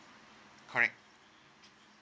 correct